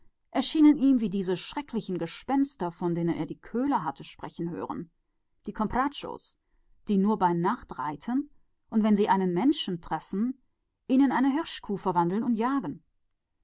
schienen ihm wie jene furchtbaren phantome von denen er die köhler hatte reden hören die comprachos die nur bei nacht jagen und wenn sie einem menschen begegnen ihn in eine hirschkuh verwandeln und sie jagen